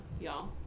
y'all